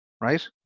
right